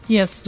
Yes